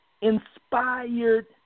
inspired